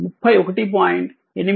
5 8 31